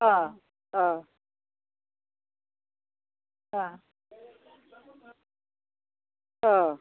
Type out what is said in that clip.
अह अह अह अह